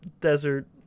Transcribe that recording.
desert